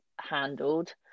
handled